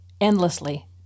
endlessly